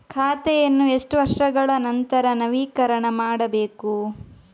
ಖಾತೆಯನ್ನು ಎಷ್ಟು ವರ್ಷಗಳ ನಂತರ ನವೀಕರಣ ಮಾಡಬೇಕು?